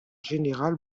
general